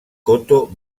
coto